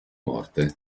morte